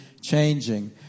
changing